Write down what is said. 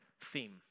theme